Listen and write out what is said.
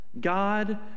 God